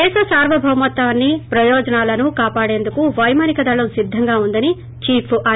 దేశ సార్వభౌమత్వాన్ని ప్రయోజనాలను కాపాడేందుకు పైమానిక దళం సిద్ధంగా ఉందని చీఫ్ ఆర్